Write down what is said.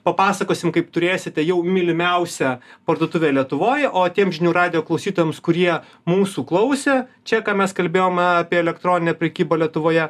papasakosim kaip turėsite jau mylimiausią parduotuvę lietuvoj o tiem žinių radijo klausytojams kurie mūsų klausė čia ką mes kalbėjome apie elektroninę prekybą lietuvoje